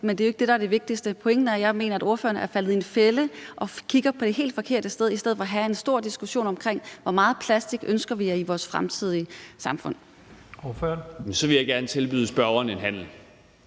Men det er jo ikke det, der er det vigtigste. Pointen er, at jeg mener, ordføreren er faldet i en fælde og kigger det helt forkerte sted, i stedet for at vi har en stor diskussion om, hvor meget plastik vi ønsker i vores fremtidige samfund. Kl. 15:37 Første næstformand